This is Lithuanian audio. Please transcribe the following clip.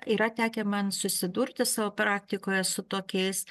yra tekę man susidurti savo praktikoje su tokiais